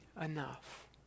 enough